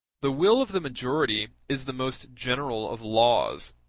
the will of the majority is the most general of laws,